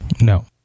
No